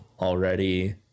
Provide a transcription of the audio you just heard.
already